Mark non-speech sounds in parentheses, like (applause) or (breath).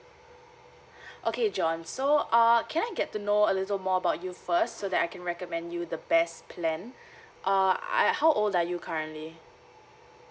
(breath) okay john so err can I get to know a little more about you first so that I can recommend you the best plan (breath) err I how old are you currently